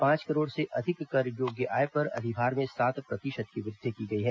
पांच करोड़ से अधिक कर योग्य आय पर अधिभार में सात प्रतिशत की वृद्धि की गई है